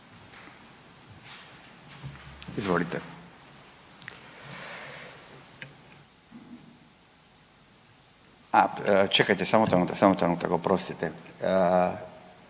Izvolite. A čekajte samo trenutak, samo trenutak, oprostite.